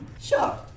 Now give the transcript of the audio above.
Sure